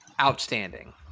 outstanding